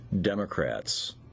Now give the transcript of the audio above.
Democrats